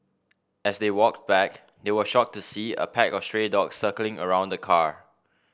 as they walked back they were shocked to see a pack of stray dogs circling around the car